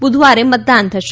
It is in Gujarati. બુધવારે મતદાન થશે